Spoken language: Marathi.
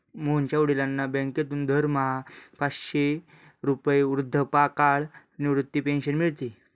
मोहनच्या वडिलांना बँकेतून दरमहा पाचशे रुपये वृद्धापकाळ निवृत्ती पेन्शन मिळते